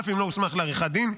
אף אם לא הוסמך לעריכת דין,